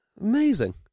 Amazing